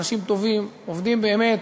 אנשים טובים, עובדים באמת,